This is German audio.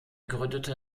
gründete